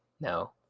No